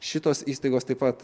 šitos įstaigos taip pat